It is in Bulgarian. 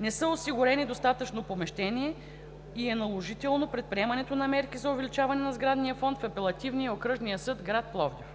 Не са осигурени достатъчно помещения и е наложително предприемането на мерки за увеличаване на сградния фонд в Апелативния и Окръжния съд в Пловдив.